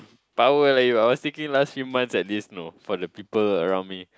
power leh I was thinking last few months at this you know for the for the people around me